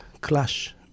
clash